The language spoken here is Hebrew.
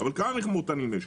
אבל כמה מכמורתנים יש?